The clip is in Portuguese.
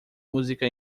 música